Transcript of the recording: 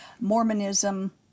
Mormonism